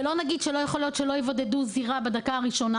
ולא נגיד שלא יכול להיות שלא יבודדו זירה בדקה הראשונה